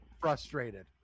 frustrated